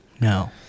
No